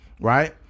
right